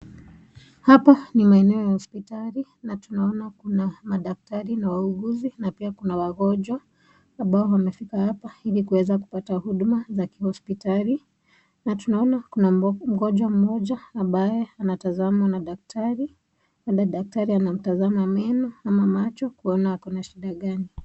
Hapa ni maeneo ya hopsitali ,na tunaona kuna madaktari na wauguzi na pia kuna wagonjwa ambao wamefika hapa ilikuweza kupata huduma za kihospitali, na tunaona kuna mgonjwa mmoja ambaye anatazamwa na daktari. Ule ddaktari anamtazama meno ama macho kuna ako na shida gani.